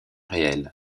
réels